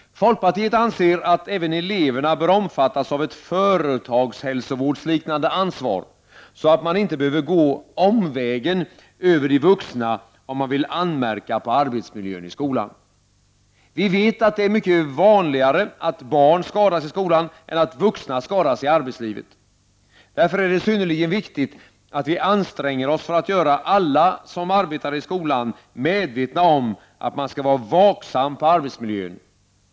Folkpartiet anser att även eleverna bör omfattas av ett företagshälsovårdsliknande ansvar, så att man inte behöver gå ”omvägen” över de vuxna, om man vill anmärka på arbetsmiljön i skolan. Vi vet att det är mycket vanligare att barn skadas i skolan än att vuxna skadas i arbetslivet. Därför är det synnerligen viktigt att vi anstränger oss för att göra alla, som arbetar i skolan, medvetna om att man skall vara vaksam på arbetsmiljön.